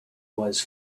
was